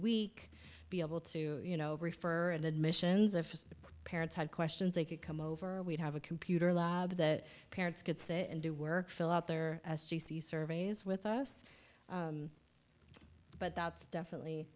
week be able to you know refer and admissions of parents had questions they could come over we'd have a computer lab that parents could say and do were fill out there as you see surveys with us but that's definitely